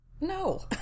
No